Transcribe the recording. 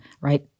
right